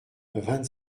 vingt